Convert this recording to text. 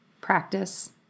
practice